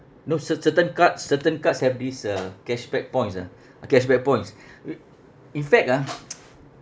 no cer~ certain cards certain cards have this uh cashback points ah uh cashback points in fact ah